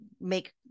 make